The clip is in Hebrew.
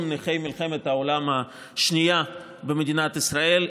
נכי מלחמת העולם השנייה במדינת ישראל.